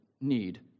need